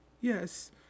Yes